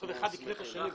בסוף אחד יקנה את השני.